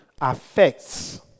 affects